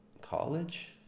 college